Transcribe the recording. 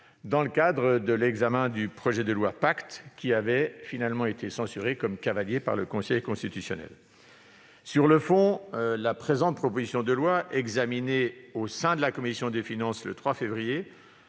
dans le cadre du projet de loi Pacte. Ce dispositif avait finalement été censuré comme cavalier par le Conseil constitutionnel. Sur le fond, la présente proposition de loi, examinée au sein de la commission des finances le 3 février,